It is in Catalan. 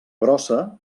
grossa